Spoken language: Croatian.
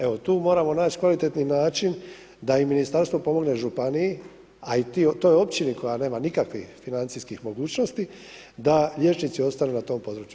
Evo tu moramo naći kvalitetni način da i ministarstvo pomogne županiji, a i toj općini koja nema nikakvih financijskih mogućnosti da liječnici ostanu na tom području.